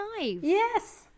Yes